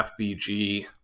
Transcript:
FBG